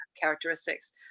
characteristics